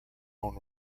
own